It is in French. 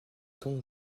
tons